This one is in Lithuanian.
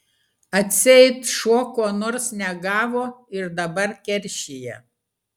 atseit šuo ko nors negavo ir dabar keršija